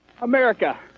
America